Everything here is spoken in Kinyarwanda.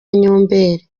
nyomberi